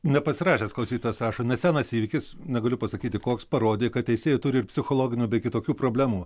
nepasirašęs klausytojas rašo nesenas įvykis negaliu pasakyti koks parodė kad teisėjai turi ir psichologinių bei kitokių problemų